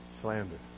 slander